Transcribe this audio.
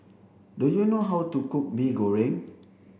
do you know how to cook Mee Goreng